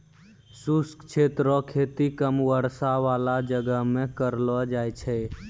शुष्क क्षेत्र रो खेती कम वर्षा बाला जगह मे करलो जाय छै